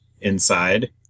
inside